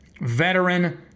veteran